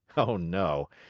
oh, no!